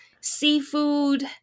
seafood